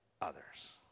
others